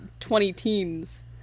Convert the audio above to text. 20-teens